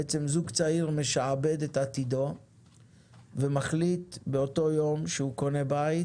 זוג צעיר משעבד את עתידו ומחליט באותו יום שהוא קונה בית